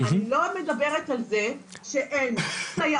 אני לא מדברת על זה שאין סייעות,